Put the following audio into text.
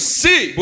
see